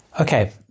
Okay